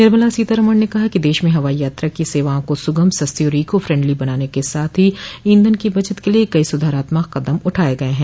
निर्मला सीतारमण ने कहा कि देश में हवाई यात्रा की सेवाओं को सुगम सस्ती और इको फेन्डली बनाने के साथ ही ईधन की बचत के लिए कई सुधारात्मक कदम उठाये गये हैं